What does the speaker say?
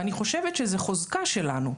ואני חושבת שזאת חוזקה שלנו.